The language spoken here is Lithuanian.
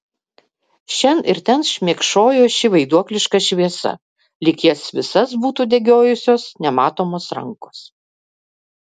šen ir ten šmėkšojo ši vaiduokliška šviesa lyg jas visas būtų degiojusios nematomos rankos